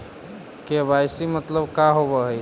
KYC मतलब का होव हइ?